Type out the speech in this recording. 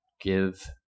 Give